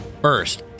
First